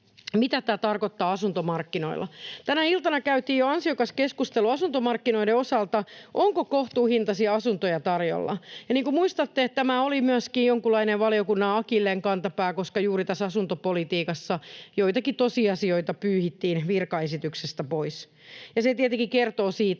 mitä tämä tarkoittaa asuntomarkkinoilla. Tänä iltana käytiin jo ansiokas keskustelu asuntomarkkinoiden osalta, että onko kohtuuhintaisia asuntoja tarjolla, ja niin kuin muistatte, tämä oli myöskin jonkunlainen valiokunnan akilleenkantapää, koska juuri tässä asuntopolitiikassa joitakin tosiasioita pyyhittiin virkaesityksestä pois. Se tietenkin kertoo siitä,